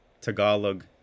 Tagalog